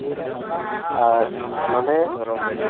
ᱟᱨ ᱱᱚᱰᱮ